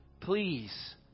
Please